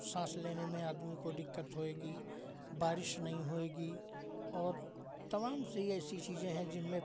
साँस लेने में आदमी को दिक्कत होएगी बारिश नहीं होएगी और तमाम सी ऐसी चीज़ें हैं जिनमें